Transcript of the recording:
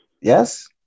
Yes